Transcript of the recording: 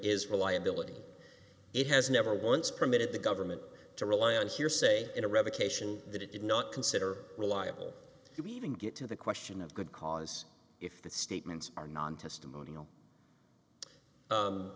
is reliability it has never once permitted the government to rely on hearsay in a revocation that it did not consider reliable even get to the question of good cause if the statements are non testimonial